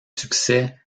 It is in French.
succès